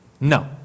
No